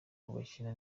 bakina